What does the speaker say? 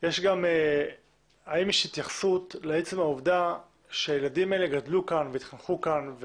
יש התייחסות לעצם העובדה שהילדים האלה גדלו כאן והתחנכו כאן,